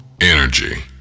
energy